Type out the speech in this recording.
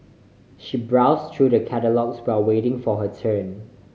she browse through the catalogues while waiting for her turn